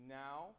now